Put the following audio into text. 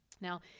Now